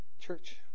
Church